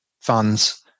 funds